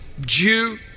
Jew